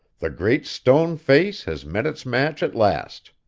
the great stone face has met its match at last